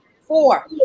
four